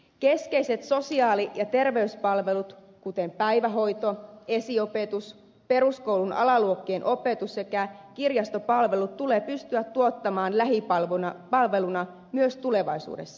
keskeiset sosiaali ja terveyspalvelut kuten päivähoito esiopetus peruskoulun alaluokkien opetus sekä kirjastopalvelut tulee pystyä tuottamaan lähipalveluna myös tulevaisuudessa